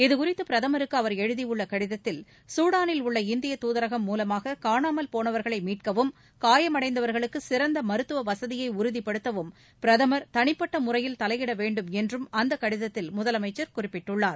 இதுகுறித்து பிரதமருக்கு அவர் எழுதியுள்ள கடிதத்தில் மூலமாக காணாமல் போனவர்களை மீட்கவும் காயமடைந்தவர்களுக்கு சிறந்த மருத்துவ வக்கியை உறுதிப்படுத்தவும் பிரதமர் தனிப்பட்ட முறையில் தலையிட வேண்டும் என்றும் அந்த கடிதத்தில் முதலமைச்சர் குறிப்பிட்டுள்ளார்